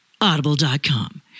Audible.com